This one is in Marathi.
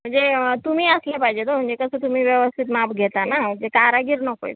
म्हणजे तुम्ही असल्या पाहिजे आहेत हो म्हणजे कसं तुम्ही व्यवस्थित माप घेता ना ते कारागीर नको आहेत